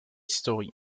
story